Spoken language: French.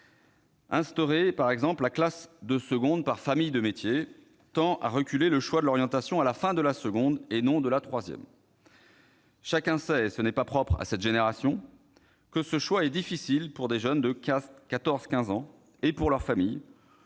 Instaurer la classe de seconde par famille de métiers tend à reculer le choix de l'orientation à la fin de la seconde et non de la troisième. Chacun sait, et ce n'est pas propre à cette génération, que ce choix est difficile pour des jeunes de 14 ans ou 15 ans et pour leur famille.